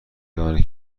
دانه